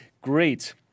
Great